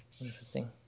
Interesting